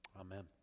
Amen